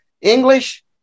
English